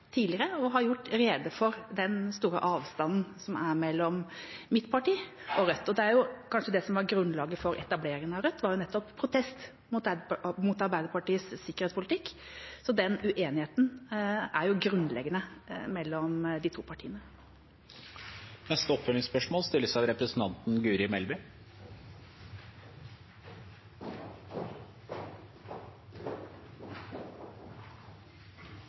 tidligere og har gjort rede for den store avstanden som er mellom mitt parti og Rødt. Det som kanskje var grunnlaget for etableringen av Rødt, var nettopp protest mot Arbeiderpartiets sikkerhetspolitikk, så den uenigheten er grunnleggende mellom de to partiene. Guri Melby – til oppfølgingsspørsmål.